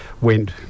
went